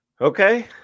Okay